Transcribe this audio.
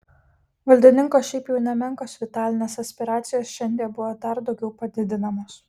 valdininko šiaip jau nemenkos vitalinės aspiracijos šiandie buvo dar daugiau padidinamos